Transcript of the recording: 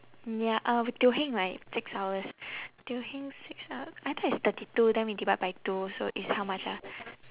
ya uh teo heng right six hours teo heng six ah I thought it's thirty two then we divide by two so it's how much ah